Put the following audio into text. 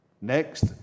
Next